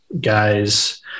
guys